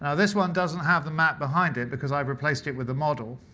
ah this one doesn't have the map behind it because i replaced it with a model.